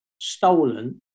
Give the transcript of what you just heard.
stolen